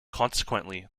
consequently